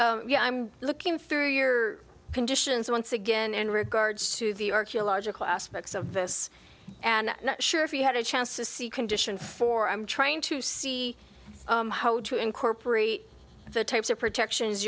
a i'm looking through your conditions once again in regards to the archaeological aspects of this and not sure if you had a chance to see condition for i'm trying to see how to incorporate the types of protection